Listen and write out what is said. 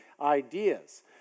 ideas